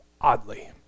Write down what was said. oddly